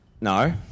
No